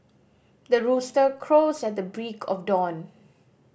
the rooster crows at the break of dawn